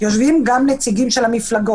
אלא גם נציגים של המפלגות.